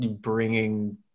bringing